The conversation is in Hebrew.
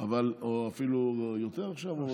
או אפילו יותר עכשיו.